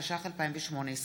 התשע"ח 2018,